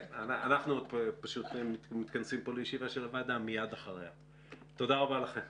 תודה רבה לכם.